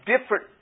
different